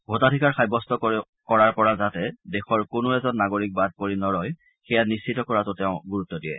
ভোটাধিকাৰ সাব্যস্ত কৰাৰ পৰা যাতে দেশৰ কোনো এজন নাগৰিক বাদ পৰি নৰয় সেয়া নিশ্চিত কৰাতো তেওঁ গুৰুত্ব দিয়ে